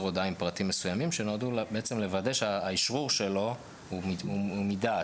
הודעה עם פרטים מסוימים שנועדו לוודא שהאשרור שלו הוא מדעת,